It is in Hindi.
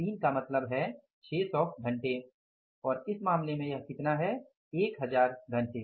3 का मतलब है 600 घंटे और इस मामले में यह कितना है 1000 घंटे